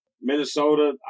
Minnesota